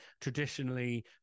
traditionally